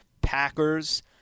Packers